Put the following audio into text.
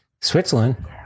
switzerland